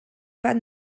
pas